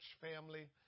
family